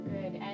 Good